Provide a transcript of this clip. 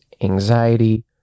anxiety